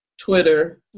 Twitter